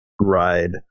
ride